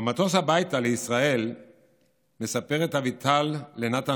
במטוס הביתה לישראל מספרת אביטל לנתן